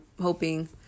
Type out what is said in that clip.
hoping